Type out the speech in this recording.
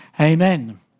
Amen